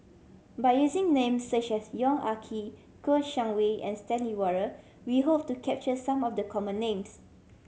by using names such as Yong Ah Kee Kouo Shang Wei and Stanley Warren we hope to capture some of the common names